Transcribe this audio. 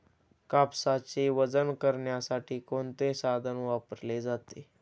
कापसाचे वजन करण्यासाठी कोणते साधन वापरले जाते?